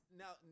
now